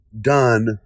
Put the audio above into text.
done